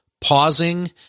pausing